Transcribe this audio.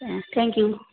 thank you